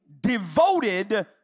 devoted